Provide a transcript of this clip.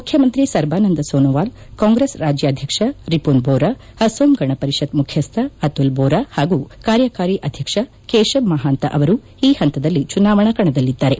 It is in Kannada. ಮುಖ್ಯಮಂತ್ರಿ ಸರ್ಬಾನಂದ ಸೋನೋವಾಲ್ ಕಾಂಗ್ರೆಸ್ ರಾಜ್ಯಾಧ್ಯಕ್ಷ ರಿಪುನ್ ಬೋರಾ ಅಸೋಂ ಗಣ ಪರಿಷತ್ ಮುಖ್ಯಸ್ಥ ಅತುಲ್ ಬೋರಾ ಹಾಗೂ ಕಾರ್ಯಕಾರಿ ಅಧ್ಯಕ್ಷ ಕೇಶಬ್ ಮಹಾಂತ ಅವರು ಈ ಹಂತದಲ್ಲಿ ಚುನಾವಣಾ ಕಣದಲ್ಲಿದ್ದಾರೆ